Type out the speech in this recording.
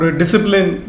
discipline